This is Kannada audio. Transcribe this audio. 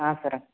ಹಾಂ ಸರ್